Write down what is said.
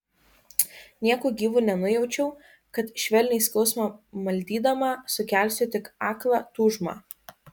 nieku gyvu nenujaučiau kad švelniai skausmą maldydama sukelsiu tik aklą tūžmą